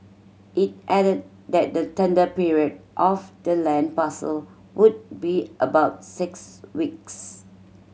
it added that the tender period for the land parcel would be about six weeks